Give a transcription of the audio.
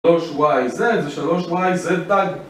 3YZ זה 3YZ TAG